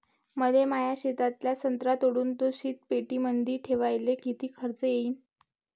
मले माया शेतातला संत्रा तोडून तो शीतपेटीमंदी ठेवायले किती खर्च येईन?